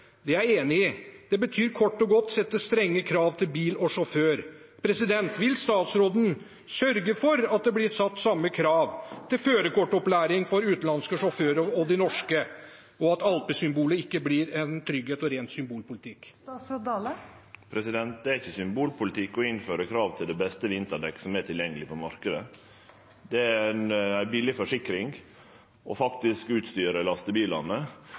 Det er jeg enig i. Det betyr kort og godt å sette strenge krav til bil og sjåfør. Vil statsråden sørge for at det blir satt samme krav til førerkortopplæring for utenlandske sjåfører og de norske, og at alpesymbolet ikke blir en trygghet og ren symbolpolitikk? Det er ikkje symbolpolitikk å innføre krav til det beste vinterdekket som er tilgjengeleg på marknaden. Det er ei billig forsikring